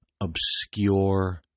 obscure